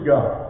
God